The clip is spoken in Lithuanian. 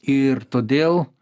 ir todėl